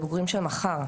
הבוגרים של מחר,